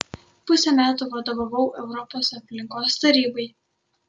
pusę metų vadovavau europos aplinkos tarybai